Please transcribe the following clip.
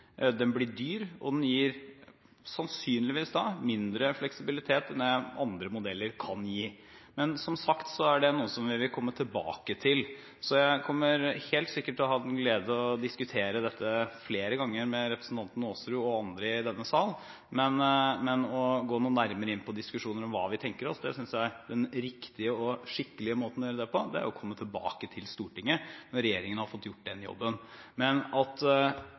den blir dyr og sannsynligvis gir mindre fleksibilitet enn det andre modeller kan gi. Men det er som sagt noe vi vil komme tilbake til. Jeg kommer derfor helt sikkert til å ha den glede å diskutere dette flere ganger med representanten Aasrud og andre i denne salen, men når det gjelder å gå noe nærmere inn på diskusjoner om hva vi tenker oss, synes jeg den riktige og skikkelige måten å gjøre det på er å komme tilbake til Stortinget når regjeringen har fått gjort den jobben. Men at